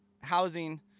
housing